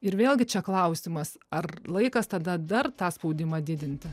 ir vėlgi čia klausimas ar laikas tada dar tą spaudimą didinti